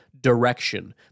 direction